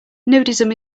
nudism